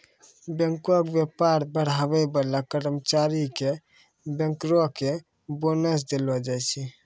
बैंको के व्यापार बढ़ाबै बाला कर्मचारी के बैंकरो के बोनस देलो जाय छै